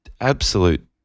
absolute